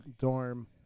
dorm